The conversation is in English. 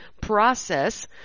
process